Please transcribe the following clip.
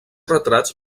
retrats